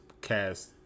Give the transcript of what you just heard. cast